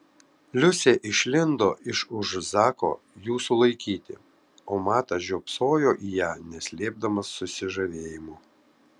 liusė išlindo iš už zako jų sulaikyti o matas žiopsojo į ją neslėpdamas susižavėjimo